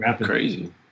Crazy